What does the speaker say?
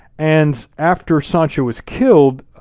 and after sancho was killed,